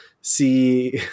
see